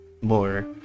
more